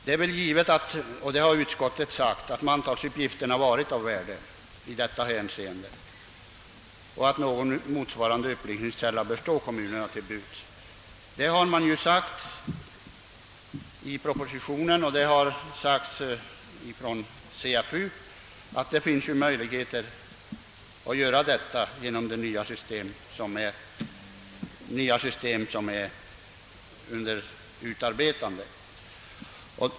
Det är givet att — och det har utskottet också sagt — mantalsuppgifterna varit av värde och att någon motsvarande upplysningskälla bör stå kommunerna till buds i fortsättningen. I propositionen och från CFU har uttalats att det finns möjligheter att lämna ifrågavarande upplysningar genom det nya system som är under utarbetande.